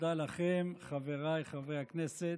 ותודה לכם, חבריי חברי הכנסת.